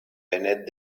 benet